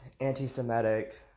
anti-Semitic